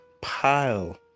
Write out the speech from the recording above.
pile